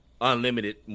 unlimited